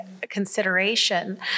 consideration